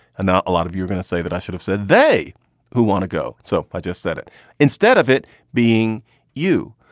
and not a lot of you're going to say that i should have said they who want to go. so i just said it instead of it being you.